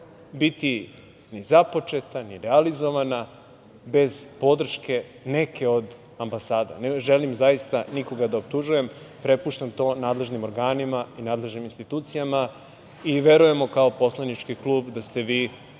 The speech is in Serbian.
biti ni započeta ni realizovana bez podrške neke od ambasada, ne želim zaista nikoga da optužujem, prepuštam to nadležnim organima i nadležnim institucijama i verujemo kao poslanički klub da ste vi